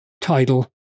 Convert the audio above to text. title